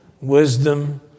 wisdom